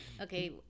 Okay